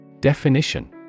Definition